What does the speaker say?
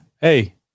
hey